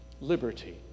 liberty